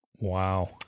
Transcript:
Wow